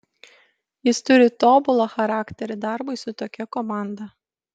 jis turi tobulą charakterį darbui su tokia komanda